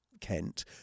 Kent